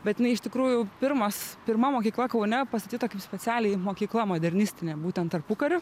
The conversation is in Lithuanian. bet jinai iš tikrųjų pirmas pirma mokykla kaune pastatyta kaip specialiai mokykla modernistinė būtent tarpukariu